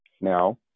now